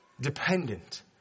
dependent